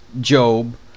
Job